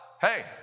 Hey